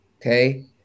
okay